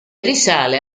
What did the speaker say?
risale